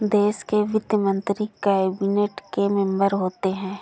देश के वित्त मंत्री कैबिनेट के मेंबर होते हैं